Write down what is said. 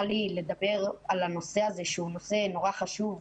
לי לדבר על הנושא הזה שהוא נושא נורא חשוב,